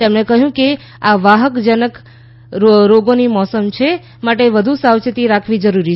તેમણે કહ્યું કે આ વાહક જન્ય રોગોની મોસમ છે માટે વધુ સાવધાની રાખવી જરૂરી છે